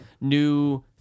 new